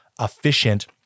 efficient